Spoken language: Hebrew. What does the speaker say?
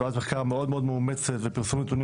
וועדת מחקר מאוד מאוד מאומצת ופרסום נתונים